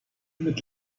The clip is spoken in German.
mit